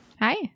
hi